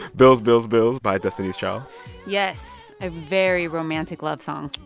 bills, bills, bills by destiny's child yes, a very romantic love song.